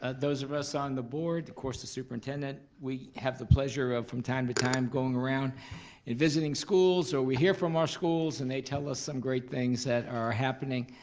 ah those of us on the board, of course the superintendent, we have the pleasure of from time to time going around and visiting schools or we hear from our schools and they tell us some great things that are happening.